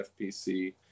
FPC